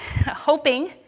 hoping